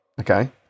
Okay